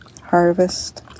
Harvest